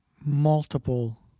multiple